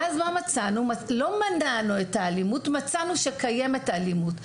ואז לא מנענו את האלימות אלא מצאנו שקיימת אלימות.